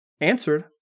answered